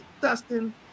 Dustin